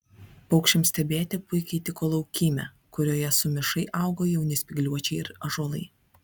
paukščiams stebėti puikiai tiko laukymė kurioje sumišai augo jauni spygliuočiai ir ąžuolai